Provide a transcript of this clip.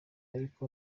ariko